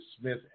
Smith